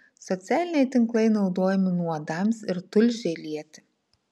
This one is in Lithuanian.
socialiniai tinklai naudojami nuodams ir tulžiai lieti